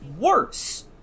worse